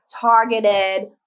targeted